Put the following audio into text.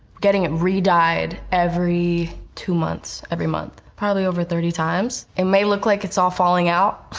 getting it re-dyed every two months, every month, probably over thirty times. it may look like it's all falling out,